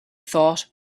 thought